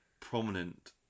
prominent